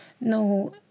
no